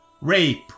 rape